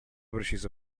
preciso